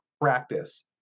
practice